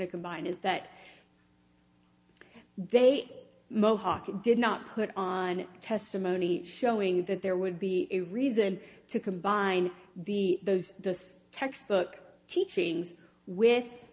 to combine is that they mohawk did not put on testimony showing that there would be a reason to combine the those the textbook teachings with